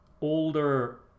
older